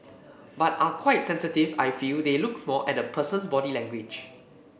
but are quite sensitive I feel they look more at the person's body language